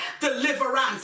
Deliverance